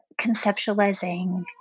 conceptualizing